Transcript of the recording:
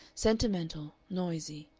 sentimental, noisy,